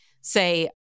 say